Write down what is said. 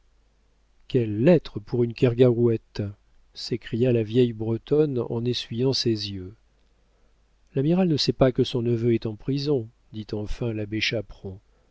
quelles lettres pour une kergarouët s'écria la vieille bretonne en essuyant ses yeux l'amiral ne sait pas que son neveu est en prison dit enfin l'abbé chaperon